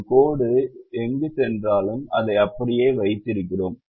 ஒரு கோடு எங்கு சென்றாலும் அதை அப்படியே வைத்திருக்கிறோம்